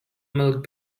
milk